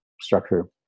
structure